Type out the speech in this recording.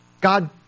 God